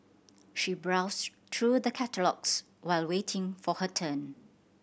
she browsed through the catalogues while waiting for her turn